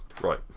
Right